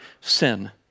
sin